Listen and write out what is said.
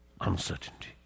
uncertainty